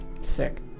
Sick